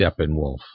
Steppenwolf